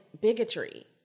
bigotry